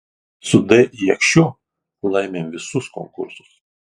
su d jakšiu laimim visus konkursus